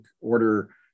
order